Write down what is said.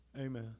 Amen